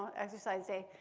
exercise day.